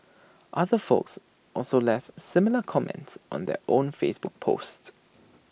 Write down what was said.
other folks also left similar comments on their own Facebook post